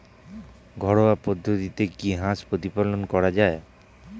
ঘরোয়া পদ্ধতিতে কি হাঁস প্রতিপালন করা যায়?